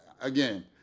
Again